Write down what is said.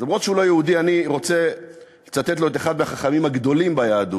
אף שהוא לא יהודי אני רוצה לצטט לו את אחד מהחכמים הגדולים ביהדות,